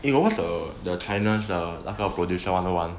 he was also the china's producer one the one